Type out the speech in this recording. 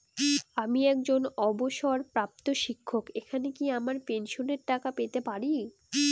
আমি একজন অবসরপ্রাপ্ত শিক্ষক এখানে কি আমার পেনশনের টাকা পেতে পারি?